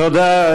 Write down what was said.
תודה.